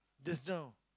just now